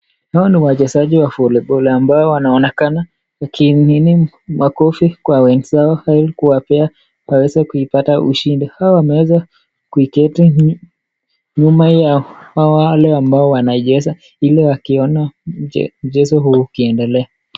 Hawa ni wachezaji wa voliboli, ambao wanaonekana wakipiga makofi kwa wenzao, ili kuwapea waweze kuipata ushindi. Hawa wameweza kuketi nyuma ya wale ambao wanacheza ili wakiona mchezo huu ukiendelea.